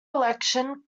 election